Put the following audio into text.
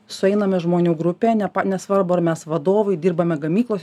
sueiname žmonių grupė nepa nesvarbu ar mes vadovai dirbame gamyklos